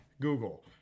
Google